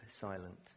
silent